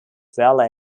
valley